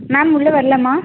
ma'am உள்ளே வரலாமா